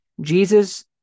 Jesus